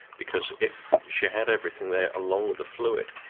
because if she had everything there along with the fluid,